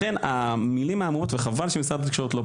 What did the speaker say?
לכן, המילים האמורות, וחבל שמשרד התקשורת לא פה.